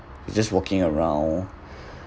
it's just walking around